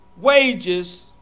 wages